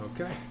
Okay